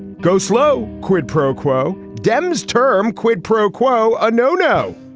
go slow. quid pro quo dems term quid pro quo. a no no.